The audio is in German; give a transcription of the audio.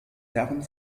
herren